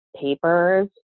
papers